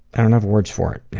and enough words for it.